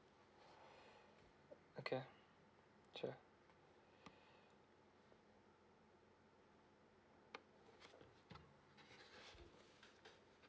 okay sure